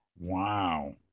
Wow